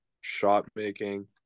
shot-making